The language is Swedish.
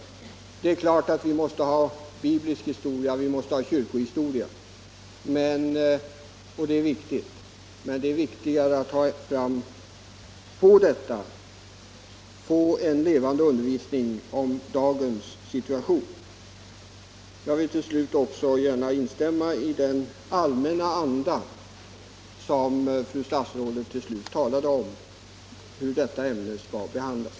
Det är klart att det måste omfatta biblisk historia och kyrkohistoria — det är viktigt. Men det är viktigare att få en levande undervisning om dagens situation. Jag vill till sist gärna instämma i vad fru statsrådet sade då hon talade om den allmänna anda i vilken detta ämne skall behandlas.